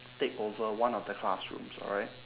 take over one of the classrooms alright